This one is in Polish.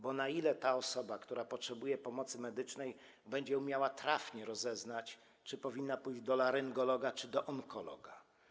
Bo na ile taka osoba, która potrzebuje pomocy medycznej, będzie umiała trafnie rozeznać, czy powinna pójść do laryngologa, czy do onkologa?